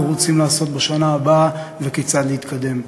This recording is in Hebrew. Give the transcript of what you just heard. רוצים לעשות בשנה הבאה וכיצד להתקדם.